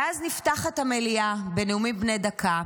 ואז נפתחת המליאה בנאומים בני דקה,